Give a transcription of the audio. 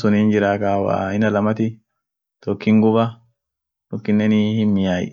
Sooditinii taam maanyatie, taam maanyaat ircholea, ishisun maana